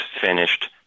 finished